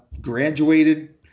graduated